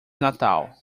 natal